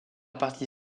partie